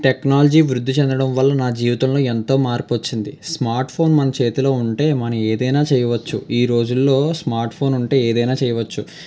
technology వృద్ధి చెందడం వల్ల నా జీవితంలో ఎంతో మార్పు వచ్చింది స్మార్ట్ ఫోన్ మన చేతిలో ఉంటే మన ఏదైనా చేయవచ్చు ఈ రోజుల్లో స్మార్ట్ ఫోన్ ఉంటే ఏదైనా చేయవచ్చు